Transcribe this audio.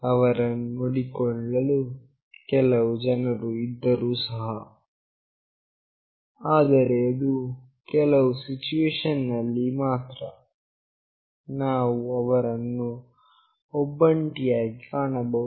ಅವರನ್ನು ನೋಡಿಕೊಳ್ಳಲು ಕೆಲವು ಜನರು ಇದ್ದರೂ ಸಹ ಆದರೆ ಅದು ಕೆಲವು ಸಿಚುವೇಶನ್ ನಲ್ಲಿ ಮಾತ್ರ ನಾವು ಅವರನ್ನು ಒಬ್ಬಂಟಿಯಾಗಿ ಕಾಣಬಹುದು